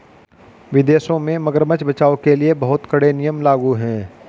विदेशों में मगरमच्छ बचाओ के लिए बहुत कड़े नियम लागू हैं